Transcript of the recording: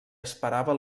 esperava